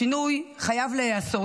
השינוי חייב להיעשות,